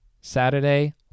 Saturday